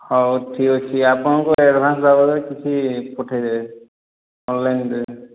ହେଉ ଠିକ୍ ଅଛି ଆପଣଙ୍କ ଆଡଭାନ୍ସ ଦେବା ଲାଗି କିଛି ପଠେଇ ଦେବେ ଅନଲାଇନ୍ରେ